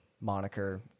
moniker